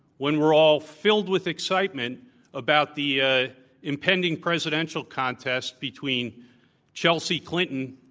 when we're all filled with excitement about the ah impending presidential contest between chelsea cli nton